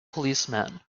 policeman